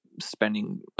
spending